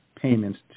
payments